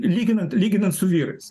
lyginant lyginant su vyrais